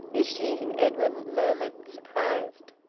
is she? edwin murmured, surprised.